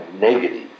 negative